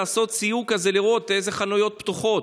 לעשות סיור ולראות אילו חנויות פתוחות.